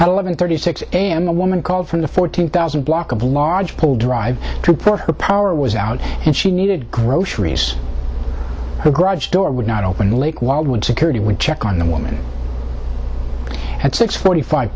helen thirty six a m a woman called from the fourteen thousand block of large hall drive to put her power was out and she needed groceries who grudged door would not open like wildwood security would check on the woman at six forty five